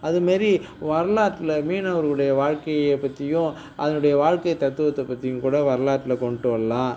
அது மாதிரி வரலாற்றில் மீனவர்களுடைய வாழ்க்கையைப் பற்றியும் அதனுடைய வாழ்க்கைத் தத்துவத்தைப் பற்றியும் கூட வரலாற்றில் கொண்டு வரலாம்